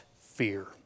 fear